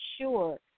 sure